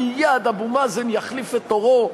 מייד אבו מאזן יחליף את עורו,